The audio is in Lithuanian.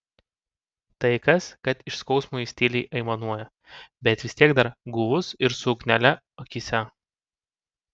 tai kas kad iš skausmo jis tyliai aimanuoja bet vis tiek dar guvus ir su ugnele akyse